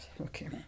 okay